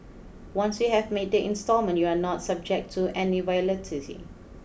once you have made the instalment you are not subject to any volatility